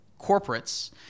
corporates